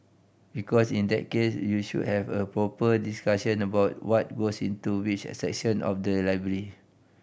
because in that case you should have a proper discussion about what goes into which section of the library